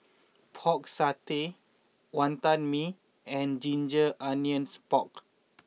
Pork Satay Wantan Mee and Ginger Onions Pork